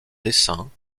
dessins